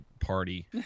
party